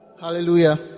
Hallelujah